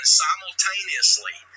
simultaneously